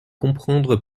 comprendre